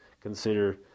consider